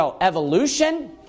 evolution